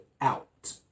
out